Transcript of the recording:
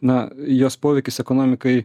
na jos poveikis ekonomikai